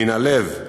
מן הלב,